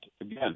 again